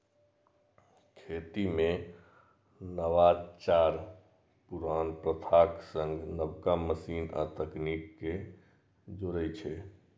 खेती मे नवाचार पुरान प्रथाक संग नबका मशीन आ तकनीक कें जोड़ै छै